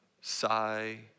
sigh